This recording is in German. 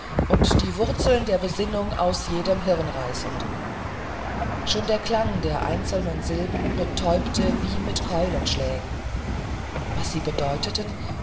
und die wurzeln der besinnung aus jedem hirn reißend schon der klang der einzelnen silben betäubte wie mit keulenschlägen was sie bedeuteten